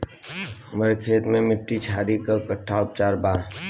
हमर खेत के मिट्टी क्षारीय बा कट्ठा उपचार बा?